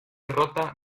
rota